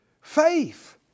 Faith